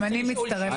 גם אני מצטרפת.